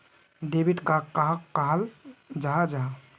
Debit card कहाक कहाल जाहा जाहा?